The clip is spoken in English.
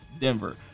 Denver